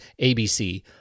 ABC